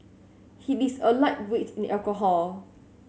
he is a lightweight in alcohol